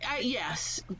yes